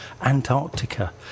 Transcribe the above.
Antarctica